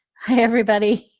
hi everybody.